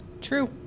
True